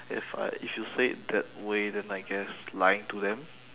if I if you say it that way then I guess lying to them